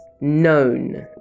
known